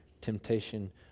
temptation